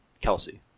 Kelsey